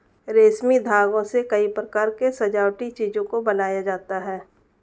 रेशमी धागों से कई प्रकार के सजावटी चीजों को बनाया जाता है